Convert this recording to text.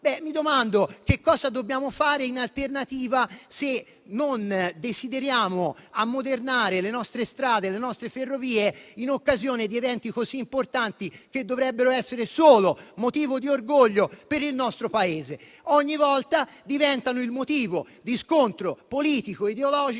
Mi domando che cosa dobbiamo fare, in alternativa, se non desideriamo ammodernare le nostre strade e le nostre ferrovie in occasione di eventi così importanti, che dovrebbero essere solo motivo di orgoglio per il nostro Paese. Invece, ogni volta diventano motivo di scontro politico e ideologico